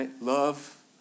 Love